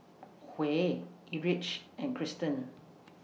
Huey Erich and Cristen